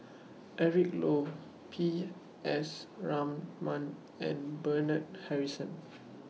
Eric Low P S Raman and Bernard Harrison